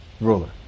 ruler